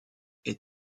est